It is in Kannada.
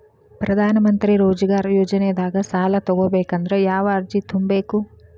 ಪ್ರಧಾನಮಂತ್ರಿ ರೋಜಗಾರ್ ಯೋಜನೆದಾಗ ಸಾಲ ತೊಗೋಬೇಕಂದ್ರ ಯಾವ ಅರ್ಜಿ ತುಂಬೇಕು?